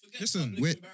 Listen